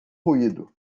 ruído